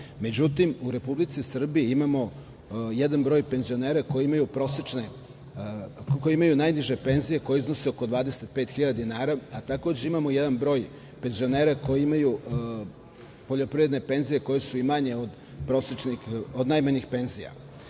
Međutim, u Republici Srbiji imamo jedan broj penzionera koji imaju najniže penzije koje iznose oko 25.000 dinara, a takođe imamo jedan broj penzionera koji imaju poljoprivredne penzije koje su i manje od najmanjih penzija. Moje